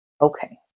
Okay